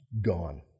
gone